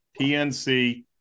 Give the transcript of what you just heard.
PNC